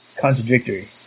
contradictory